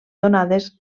donades